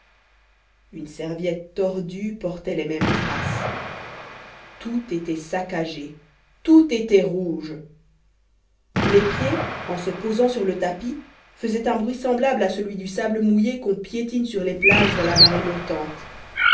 une serviette tordue portait les mêmes traces tout était saccagé tout était rouge les pieds en se posant sur le tapis faisaient un bruit semblable à celui du sable mouillé qu'on piétine sur les plages à la marée montante